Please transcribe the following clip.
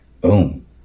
boom